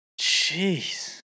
Jeez